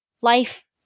life